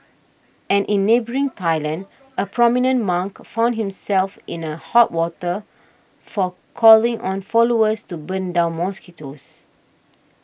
and in neighbouring Thailand a prominent monk found himself in a hot water for calling on followers to burn down mosquitoes